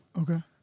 okay